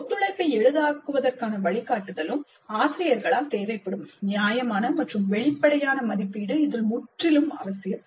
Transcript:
ஒத்துழைப்பை எளிதாக்குவதற்கான வழிகாட்டுதலும் ஆசிரியர்களால் தேவைப்படும் நியாயமான மற்றும் வெளிப்படையான மதிப்பீடு இதில் முற்றிலும் அவசியம்